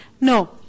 No